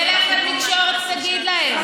תלך לתקשורת ותגיד להם.